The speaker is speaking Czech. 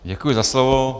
Děkuji za slovo.